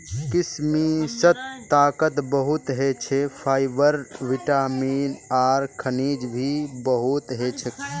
किशमिशत ताकत बहुत ह छे, फाइबर, विटामिन आर खनिज भी बहुत ह छे